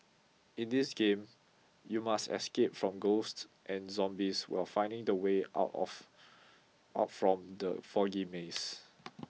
in this game you must escape from ghosts and zombies while finding the way out of out from the foggy maze